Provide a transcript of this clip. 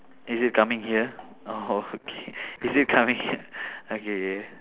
is it coming here oh okay is it coming here okay K